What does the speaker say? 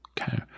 Okay